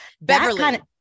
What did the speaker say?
Beverly